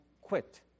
quit